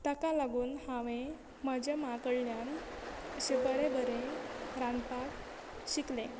ताका लागून हांवें म्हज्या माँ कडल्यान अशे बरें बरें रांदपाक शिकलें